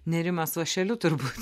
nėrimas vąšeliu turbūt